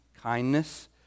Kindness